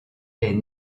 est